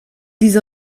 diese